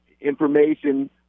information